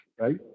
right